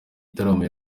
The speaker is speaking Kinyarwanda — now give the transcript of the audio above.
gitaramo